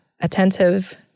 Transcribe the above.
attentive